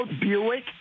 Buick